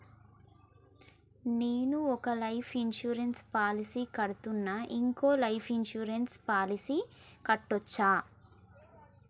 నేను ఒక life insurance policy కడ్తున్నా, ఇంకో లైఫ్ ఇన్సూరెన్స్ పాలసీ కట్టొచ్చా?